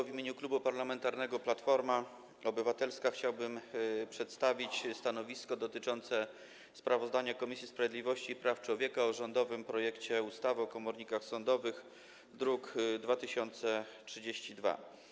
W imieniu Klubu Parlamentarnego Platforma Obywatelska chciałbym przedstawić stanowisko dotyczące sprawozdania Komisji Sprawiedliwości i Praw Człowieka o rządowym projekcie ustawy o komornikach sądowych, druk nr 2032.